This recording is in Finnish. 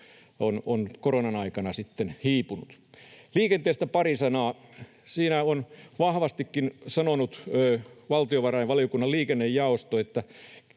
on koronan aikana hiipunut. Liikenteestä pari sanaa. Siihen on vahvastikin valtiovarainvaliokunnan liikennejaosto